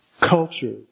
culture